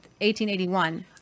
1881